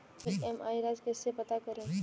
EMI राशि कैसे पता करें?